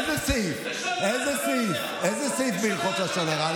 איזה סעיף בהלכות לשון הרע?